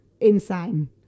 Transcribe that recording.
insane